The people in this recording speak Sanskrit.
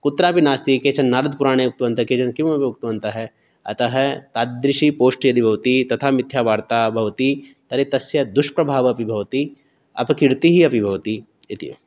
कुत्रापि नास्ति केचन नारदपुराणे उक्तवन्तः केचन किमपि उक्तवन्तः अतः तादृशी पोश्ट् इति भवति तथा मिथ्या वार्ता भवति तर्हि तस्य दुष्प्रभावः अपि भवति अपकीर्तिः अपि भवति इति